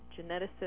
geneticists